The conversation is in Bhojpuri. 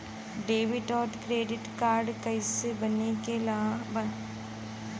डेबिट और क्रेडिट कार्ड कईसे बने ने ला?